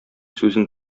сүзен